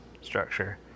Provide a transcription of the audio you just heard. structure